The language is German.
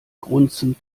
grunzend